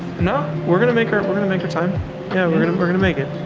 and we're gonna make our we're gonna make our time yeah, we're gonna we're gonna make it